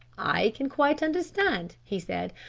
i can quite understand, he said,